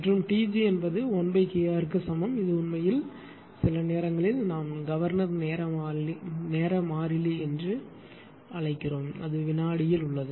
மற்றும் Tg 1 க்கு சமம் இது உண்மையில் சில நேரங்களில் நாம் கவர்னர் நேர மாறிலி என்று அழைக்கிறோம் அது வினாடியில் உள்ளது